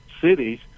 cities